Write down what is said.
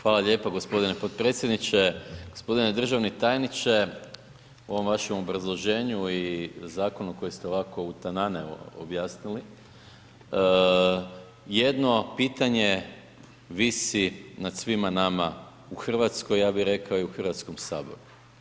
Hvala lijepa gospodine potpredsjedniče, gospodine državni tajniče u ovom vašem obrazloženju i zakonu koji ste ovako utanane objasnili, jedno pitanje visi nad svima nama u Hrvatskoj ja bih rekao i u Hrvatskom saboru.